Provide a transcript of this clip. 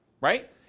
right